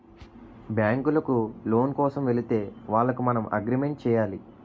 బ్యాంకులకు లోను కోసం వెళితే వాళ్లకు మనం అగ్రిమెంట్ చేయాలి